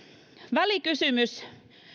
välikysymys